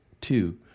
Two